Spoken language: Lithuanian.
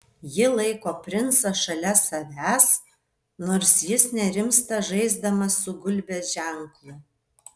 ji laiko princą šalia savęs nors jis nerimsta žaisdamas su gulbės ženklu